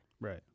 right